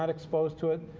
um exposed to it.